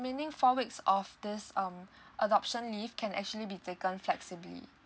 remaining four weeks of this um adoption leave can actually be taken flexibly